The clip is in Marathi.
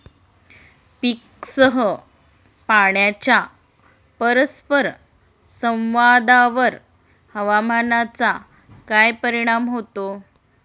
पीकसह पाण्याच्या परस्पर संवादावर हवामानाचा काय परिणाम होतो?